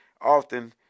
often